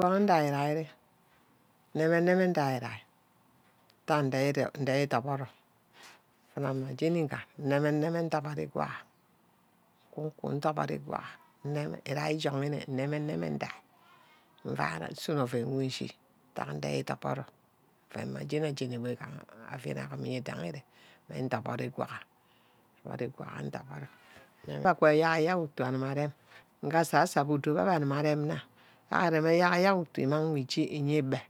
Igon ndia-dia di. neme-neme ndia ídia. ntiaha ndehe ídoboho. mfuna mmajene ígam nnem'me nne'mem ídoboro igwaha. nkuku ndobori ígwaha îrîa ijemona. nneme-neme ndobora îgwaha muana insuno oven wey nshi nta nde idorboro oven mma jeni-ajeni who dia îdoboro ire mme doboro igwaha. Ndoboro îgwa idoboro abe ake ayerk-yerk utu arem. nge asasebe udorbe akibe arem nna ntack arem ayerk ayerk utu nimag wor îje ebe.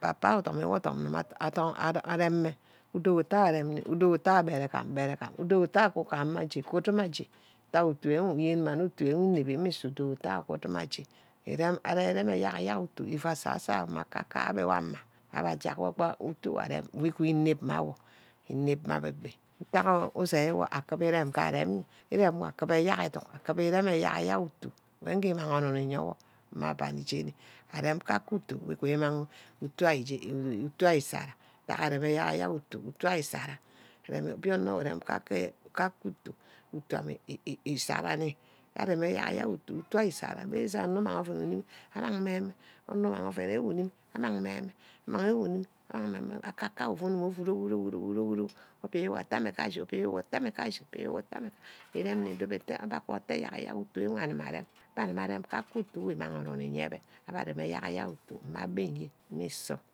papa yo udum-wor odum may je arem mme. udowo ute rem ni. udowo ute beregam. beregam udowo ute wunkamaje wunkamaje ntack uyen-mma nne utu wor je enbebi. mmísu udowor atte wuna aje. îrem arear îrem ayerk-ayerk utu abe asasor mme akakayo abe wor ama. abbe ajerk wor ba utu arem wor ígbe înem mma awor. înep mma abe. întack usa wor akiba îrem nge arear rem-rem îrem wor akiba ayerk educk. akiba erem ayerk-yerk utu mme gí îmang onun iyewo mme abani jeni arem ka ka utu. wor udube îmang utu ajo ́saraa. ntack arem ayerk-ayerk utu ame íee saraa nní. aremi ayerk ayerk utu esara. mesan onor umang oven unime amang mme-mme. onor umang oven unime amang mme-mme akaka yo uku'ube rogi rogí rogí rogí rogí ubi uwo atte awo kachi. ubí wo atte awo akachi. ubi wo atte awo akachi. uvu rem beh abe abob wo ítack ayerk-ayerk utu wore are'rem. íche arem kaka utu who dime imang onum íyebe. agbe arem ayerk-ayerk utu kubba abi beh